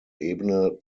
ebene